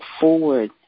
forward